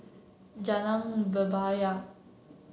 Jalan Bebaya